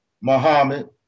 Muhammad